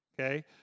okay